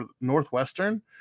Northwestern